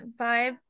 vibe